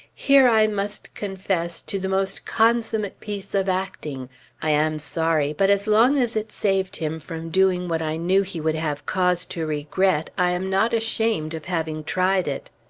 here i must confess to the most consummate piece of acting i am sorry, but as long as it saved him from doing what i knew he would have cause to regret, i am not ashamed of having tried it.